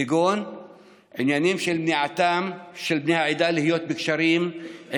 כגון עניינים של מניעתם של בני העדה להיות בקשרים עם